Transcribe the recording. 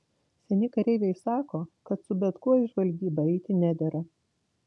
seni kareiviai sako kad su bet kuo į žvalgybą eiti nedera